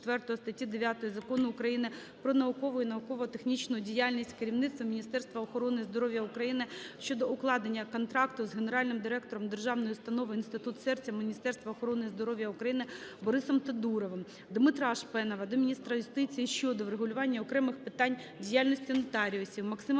4 статті 9 Закону України "Про наукову і науково-технічну діяльність" керівництвом Міністерства охорони здоров`я України, щодо укладення контракту з генеральним директором Державної установи "Інститут серця Міністерства охорони здоров'я України" Борисом Тодуровим. Дмитра Шпенова до міністра юстиції щодо врегулювання окремих питань діяльності нотаріусів. Максима Бурбака